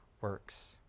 works